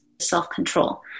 self-control